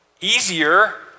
Easier